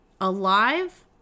alive